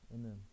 Amen